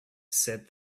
said